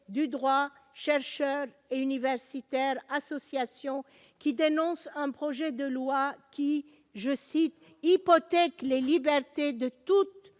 du droit, chercheurs et universitaires, associations, qui dénoncent un projet de loi qui, je cite, hypothèque les libertés de toute